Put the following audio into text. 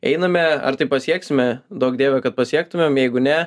einame ar tai pasieksime duok dieve kad pasiektumėm jeigu ne